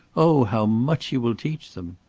oh, how much you will teach them!